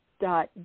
dot